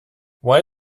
why